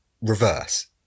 reverse